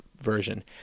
version